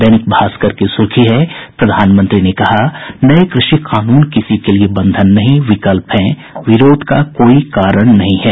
दैनिक भास्कर की सुर्खी है प्रधानमंत्री ने कहा नये कृषि कानून किसी के लिए बंधन नहीं विकल्प हैं विरोध का कोई कारण नहीं है